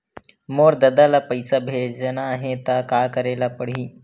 मोर ददा ल पईसा भेजना हे त का करे ल पड़हि?